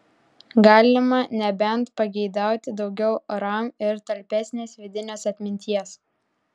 galima nebent pageidauti daugiau ram ir talpesnės vidinės atminties